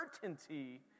certainty